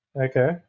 okay